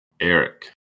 Eric